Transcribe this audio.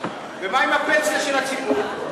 ומה עם הפנסיה של הציבור?